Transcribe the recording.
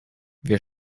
wir